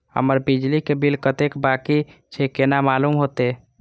हमर बिजली के बिल कतेक बाकी छे केना मालूम होते?